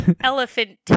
elephant